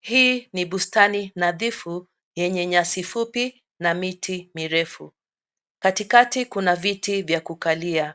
Hii ni bustani nadhifu yenye nyasi fupi na miti mirefu. Katikati kuna viti vya kukalia,